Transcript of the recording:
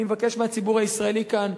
אני מבקש מהציבור הישראלי כאן,